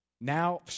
Now